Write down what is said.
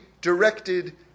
directed